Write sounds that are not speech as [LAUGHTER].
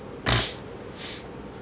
[NOISE]